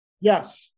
Yes